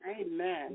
Amen